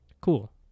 Cool